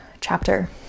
chapter